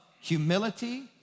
humility